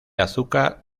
azúcar